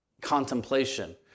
contemplation